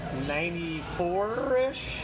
94-ish